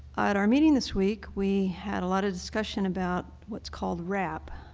at our meeting this week we had a lot a discussion about what called wrap,